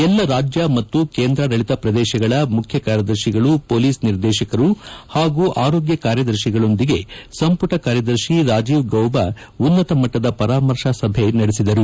ಎಲ್ಲ ರಾಜ್ಯ ಮತ್ತು ಕೇಂದ್ರಾಡಳಿತ ಪ್ರದೇಶಗಳ ಮುಖ್ಯಕಾರ್ಯದರ್ಶಿಗಳು ಪೊಲೀಸ್ ನಿರ್ದೇಶಕರು ಹಾಗೂ ಆರೋಗ್ಯ ಕಾರ್ಯದರ್ಶಿಗಳೊಂದಿಗೆ ಸಂಪುಟ ಕಾರ್ಯದರ್ಶಿ ರಾಜೀವ್ಗೌಬಾ ಉನ್ನತ ಮಟ್ಟದ ಪರಾಮರ್ಶೆ ಸಭೆ ನಡೆಸಿದರು